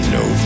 no